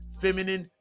feminine